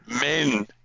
men